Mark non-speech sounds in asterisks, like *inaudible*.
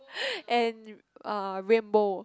*breath* and uh rainbow